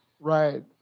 Right